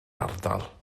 ardal